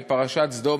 בפרשת סדום,